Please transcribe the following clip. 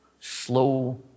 slow